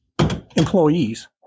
employees